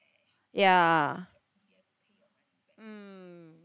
ya mm